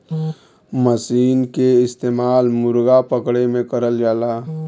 मसीन के इस्तेमाल मुरगा पकड़े में करल जाला